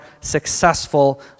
successful